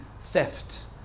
theft